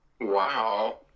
wow